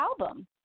album